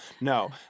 No